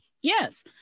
Yes